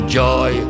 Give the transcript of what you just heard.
joy